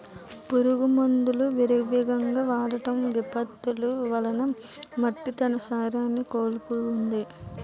పురుగు మందులు విరివిగా వాడటం, విపత్తులు వలన మట్టి తన సారాన్ని కోల్పోతుంది